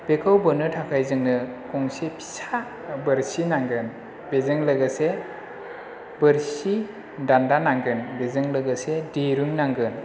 बेखौ बोन्नो थाखाय जोंनो गंसे फिसा बोरसि नांगोन बेजों लोगोसे बोरसि दान्दा नांगोन बेजों लोगोसे दिरुं नांगोन